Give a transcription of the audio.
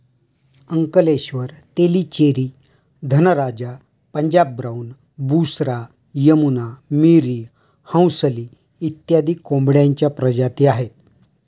Ankleshwar, Tellicherry, Dhanraja, Punjab brown, Busra, Yamuna, Miri, Hansli इत्यादी कोंबड्यांच्या प्रजाती आहेत